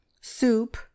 Soup